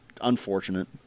unfortunate